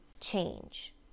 change